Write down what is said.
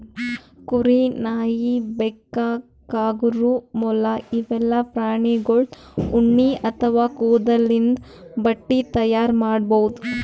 ಕುರಿ, ನಾಯಿ, ಬೆಕ್ಕ, ಕಾಂಗರೂ, ಮೊಲ ಇವೆಲ್ಲಾ ಪ್ರಾಣಿಗೋಳ್ದು ಉಣ್ಣಿ ಅಥವಾ ಕೂದಲಿಂದ್ ಬಟ್ಟಿ ತೈಯಾರ್ ಮಾಡ್ಬಹುದ್